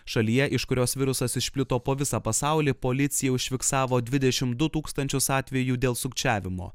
šalyje iš kurios virusas išplito po visą pasaulį policija užfiksavo dvidešimt du tūkst atvejų dėl sukčiavimo